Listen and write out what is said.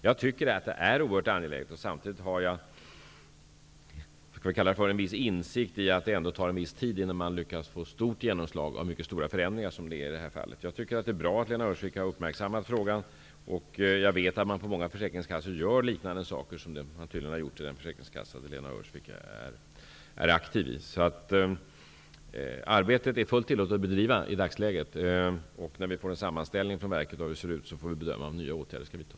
Jag tycker att detta är oerhört angeläget, och samtidigt har jag så att säga en viss insikt i att det ändå tar en viss tid innan man lyckas få till stånd ett stort genomslag av mycket stora förändringar, som det är fråga om i det här fallet. Det är bra att Lena Öhrsvik har uppmärksammat frågan. Jag vet att man på många försäkringskassor gör liknande saker som vad man tydligen har gjort på den försäkringskassa där Lena Öhrsvik är aktiv. Arbetet är alltså fullt tillåtet att bedriva i dagsläget, och när vi får en sammanställning av läget från verket får vi bedöma om nya åtgärder skall vidtas.